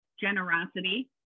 generosity